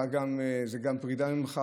אתה גם, זו גם פרידה ממך